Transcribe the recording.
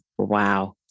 Wow